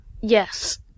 Yes